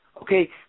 okay